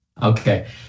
Okay